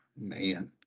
Man